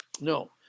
No